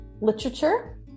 literature